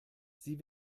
sie